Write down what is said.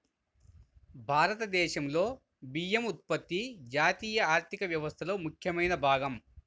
భారతదేశంలో బియ్యం ఉత్పత్తి జాతీయ ఆర్థిక వ్యవస్థలో ముఖ్యమైన భాగం